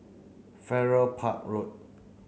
Farrer Park Road